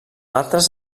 altres